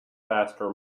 faster